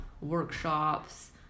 workshops